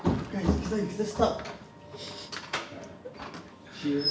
guys guys kita stuck tak lah chill